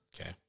Okay